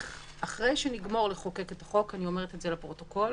ואחרי שנגמור לחוקק את החוק אני אומרת את זה לפרוטוקול